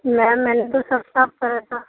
میم میں نے تو سب صاف کرا تھا